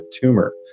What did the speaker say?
tumor